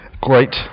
Great